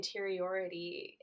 interiority